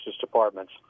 Department's